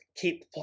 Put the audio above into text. keep